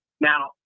Now